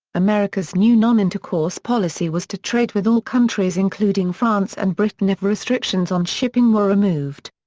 america's new nonintercourse policy was to trade with all countries including france and britain if restrictions on shipping were removed.